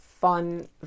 fun